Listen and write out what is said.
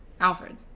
Alfred